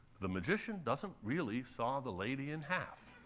the magician doesn't really saw the lady in half.